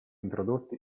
introdotti